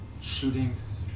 shootings